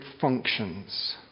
functions